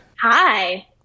Hi